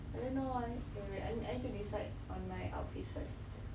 I don't know I wait wait wait I need I need to decide on my outfit first